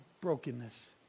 brokenness